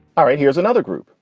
all right. here's another group,